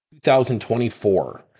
2024